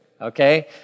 okay